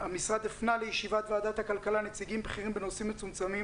המשרד הפנה לישיבת ועדת הכלכלה נציגים בכירים בנושאים מצומצמים